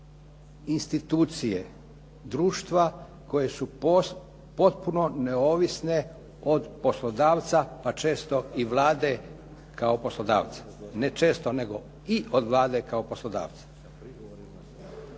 institucije društva koje su potpuno neovisne od poslodavca, pa često i Vlade kao poslodavca. Ne često, nego i od Vlade kao poslodavca.